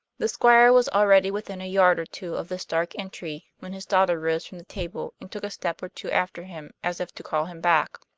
the squire was already within a yard or two of this dark entry when his daughter rose from the table and took a step or two after him as if to call him back.